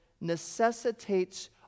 necessitates